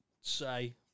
say